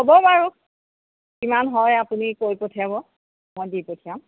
হ'ব বাৰু কিমান হয় আপুনি কৈ পঠিয়াব মই দি পঠিয়াম